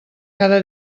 cada